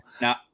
now